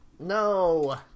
No